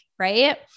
right